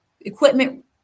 equipment